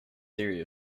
theory